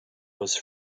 was